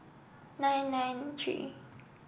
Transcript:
nine nine three